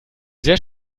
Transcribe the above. sehr